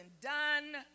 done